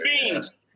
beans